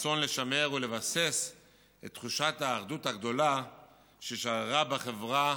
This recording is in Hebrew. הרצון לשמר ולבסס את תחושת האחדות הגדולה ששררה בחברה